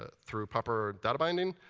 ah through proper data binding,